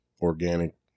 organic